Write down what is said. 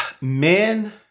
Men